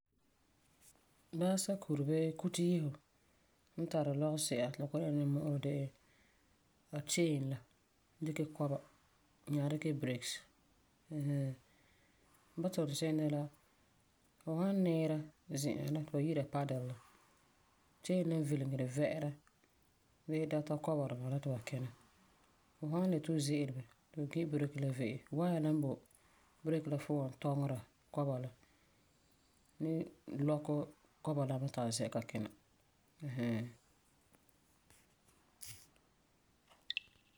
Baasakure bii kuteyefo n tari lɔgesi'a ti la kɔ'ɔm dɛna nimmu'urɛ yele de'e a chain la, dikɛ kɔba nyaa dikɛ brakes ɛɛn hɛɛn. Ba tuni se'em de la, fu san niira zi'an la ti ba yi'ira ti paddle la, chain n velegeri vɛ'ɛra bii data kɔba duma la ti ba kina. Fu san le yeti fu ze'ele ti fu gi brake la ve'e. Wire la n boi brake la puan tɔŋera kɔba la ni lɔkɛ kɔba la mɛ ti a zɛa ka kina ɛɛn hɛɛn.